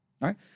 right